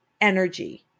energy